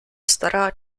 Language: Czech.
stará